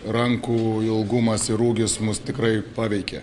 rankų ilgumas ir ūgis mus tikrai paveikė